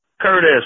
Curtis